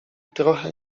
trochę